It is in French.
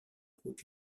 routes